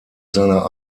seiner